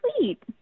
sweet